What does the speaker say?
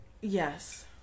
yes